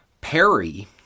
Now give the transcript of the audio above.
Perry